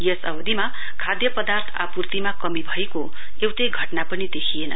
यस अवधिमा खाद्य पदार्थ आपूर्तिमा कमी भएको एउटै घटना पनि देखिएन